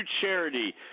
charity